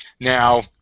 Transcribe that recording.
Now